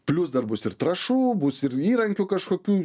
plius dar bus ir trąšų bus ir įrankių kažkokių